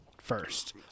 first